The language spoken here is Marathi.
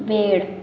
वेड